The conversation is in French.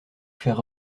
faire